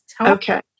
Okay